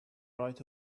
right